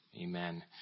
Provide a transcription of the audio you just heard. Amen